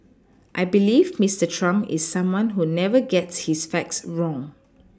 I believe Mister Trump is someone who never gets his facts wrong